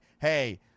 Hey